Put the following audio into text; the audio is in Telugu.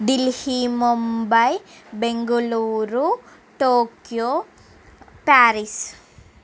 Delhi Mumbai Bengaluru Tokyo Paris